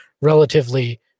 relatively